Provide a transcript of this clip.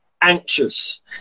anxious